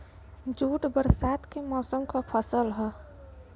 jute बरसात के मौसम क फसल हौ